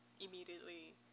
immediately